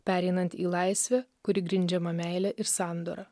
pereinant į laisvę kuri grindžiama meile ir sandora